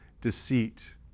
deceit